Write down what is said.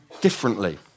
differently